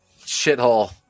shithole